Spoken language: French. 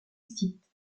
site